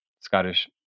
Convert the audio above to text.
Scottish